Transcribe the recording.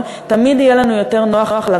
תמיד יהיה לנו יותר נוח, בבקשה לסיים.